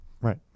Right